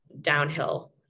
downhill